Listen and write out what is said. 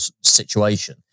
situation